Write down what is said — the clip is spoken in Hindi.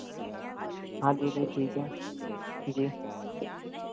हाँ जी जी ठीक है जी